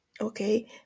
okay